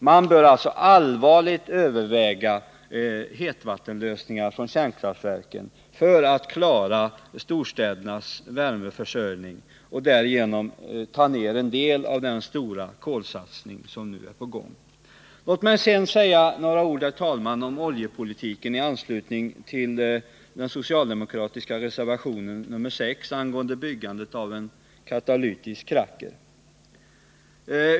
Man bör alltså allvarligt överväga alternativet med hetvattenledningar från kärnkraftverken för att klara storstädernas värmeförsörjning och därigenom dra ned en del på den stora satsning på kol som nu är på väg att genomföras. Låt mig sedan, herr talman, säga några ord om oljepolitiken i anslutning till socialdemokraternas reservation 6 angående byggandet av en katalytisk kracker.